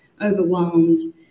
overwhelmed